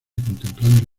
contemplando